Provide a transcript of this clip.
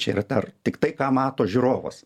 čia yra dar tiktai ką mato žiūrovas